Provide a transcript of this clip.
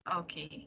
okay